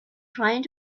trying